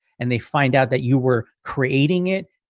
and they find out that you were creating it,